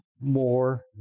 more